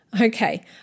Okay